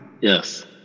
Yes